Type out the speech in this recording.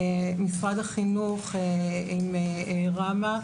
משרד החינוך עם רמ"א,